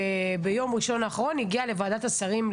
וביום ראשון האחרון הגיע לוועדת השרים.